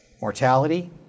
mortality